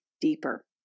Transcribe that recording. deeper